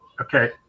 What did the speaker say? okay